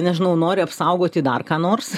nežinau nori apsaugoti dar ką nors